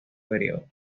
período